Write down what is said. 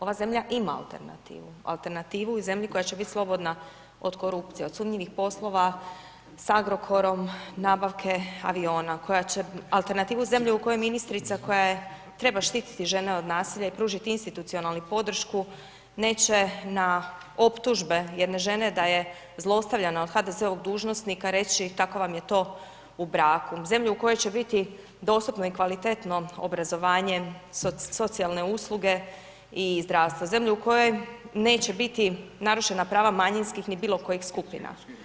Ova zemlja ima alternativu, alternativu u zemlji koja će biti slobodna od korupcije, od sumnjivih poslova s Agrokorom, nabavke aviona, koja će, alternativnu zemlje u kojoj ministrica koja treba štititi žene od nasilja i pružit institucionalnu podržku neće na optužbe jedne žene da je zlostavljana od HDZ-ovog dužnosnika reći tako vam je to u braku, zemlje u kojoj će biti dostupno i kvalitetno obrazovanje, socijalne usluge i zdravstvo, zemlje u kojoj neće biti narušena prava manjinskih ni bilo kojih skupina.